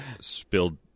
Spilled